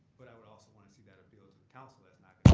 but i would also want to see that appealed to the council, that's not